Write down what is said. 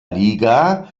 liga